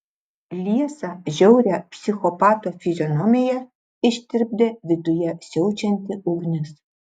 liesą žiaurią psichopato fizionomiją ištirpdė viduje siaučianti ugnis